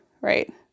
right